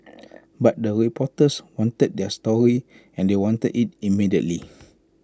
but the reporters wanted their story and they wanted IT immediately